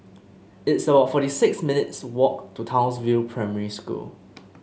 it's about forty six minutes' walk to Townsville Primary School